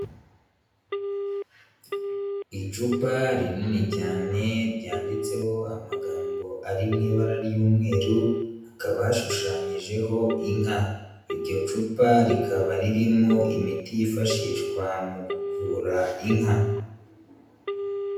Icupa rinini cyane ryanditseho amagambo ari mu ibara ry'umweru, hakaba hashushanyijeho inka. Iryo cupa rikaba ririmo imiti yifashishwa mu kuvura inka.